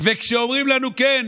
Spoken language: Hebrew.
אומרים לנו: כן,